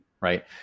right